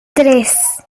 tres